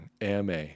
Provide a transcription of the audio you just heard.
ama